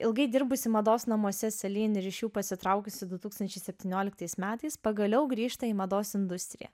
ilgai dirbusi mados namuose selin ir iš jų pasitraukusi du tūkstančiai septynioliktais metais pagaliau grįžta į mados industriją